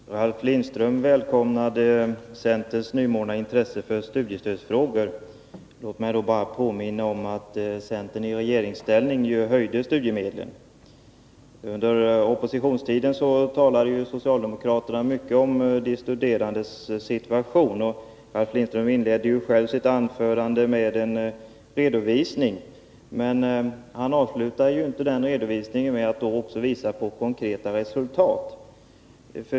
Herr talman! Ralf Lindström välkomnade centerns ”nymornade” intresse för studiestödsfrågor. Låt mig då bara påminna om att centern i regeringsställning höjde studiemedlen. Under oppositionstiden talade ju socialdemokraterna mycket om de studerandes situation, och Ralf Lindström inledde själv sitt anförande med en redovisning. Men han avslutade inte den redovisningen med att visa på konkreta resultat.